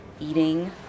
eating